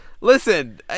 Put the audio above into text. Listen